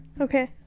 Okay